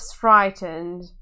frightened